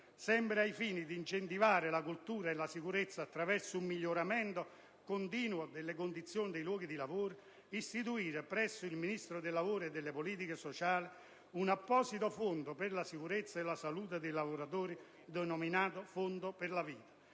sempre ai fini di incentivare la cultura della sicurezza attraverso un miglioramento continuo delle condizioni dei luoghi di lavoro, istituire presso il Ministero del lavoro e delle politiche sociali un apposito fondo per la sicurezza e la salute dei lavoratori denominato Fondo per la vita.